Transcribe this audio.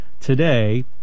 Today